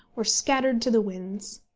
were scattered to the winds.